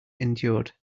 endured